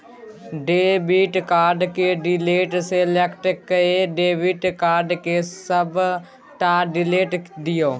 debit card केर detail select कए debit card केर सबटा डिटेल दियौ